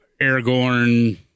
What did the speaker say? aragorn